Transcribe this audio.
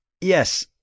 yes